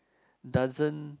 doesn't